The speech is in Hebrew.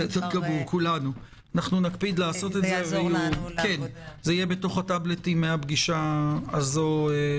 זה יהיה בתוך הטאבלטים מהפגישה הזו.